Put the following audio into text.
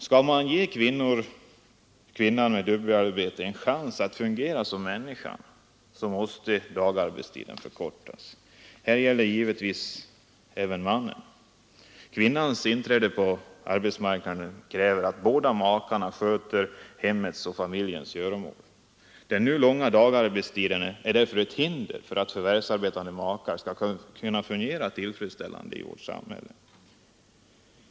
Skall man kunna ge kvinnan med dubbelarbete en chans att fungera som människa måste dagarbetstiden förkortas. Det här gäller givetvis även mannen. Kvinnans inträde på arbetsmarknaden kräver att båda makarna sköter hemmets och familjens göromål. Den nu långa dagarbetstiden är därför ett hinder för att förvärvsarbetande makar skall fungera tillfredsställande i samhället.